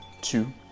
two